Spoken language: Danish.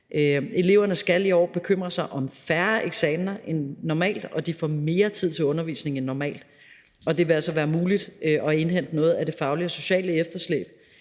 Eleverne skal i år bekymre sig om færre eksamener end normalt, og de får mere tid til undervisning end normalt. Det vil altså være muligt at indhente noget af det faglige og sociale efterslæb,